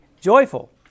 joyful